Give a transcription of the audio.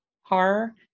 horror